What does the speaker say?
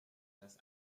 das